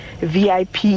VIP